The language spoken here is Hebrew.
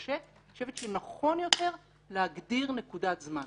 קשה מאוד, אני חושבת שנכון יותר להגדיר נקודת זמן.